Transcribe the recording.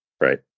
Right